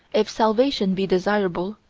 if salvation be desirable,